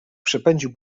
przepędził